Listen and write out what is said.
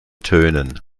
tönen